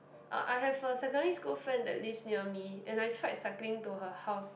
uh I have a secondary school friend that lives near me and I tried cycling to her house